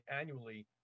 annually